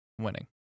winning